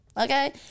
Okay